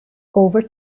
over